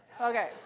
Okay